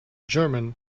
german